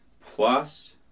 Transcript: Plus